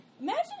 Imagine